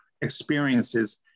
experiences